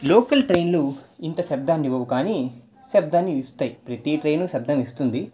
local ట్రైన్లు ఇంత శబ్దాన్ని ఇవ్వవు కానీ శబ్దాన్ని ఇస్తాయి ప్రతి ట్రైను శబ్దాన్ని ఇస్తుంది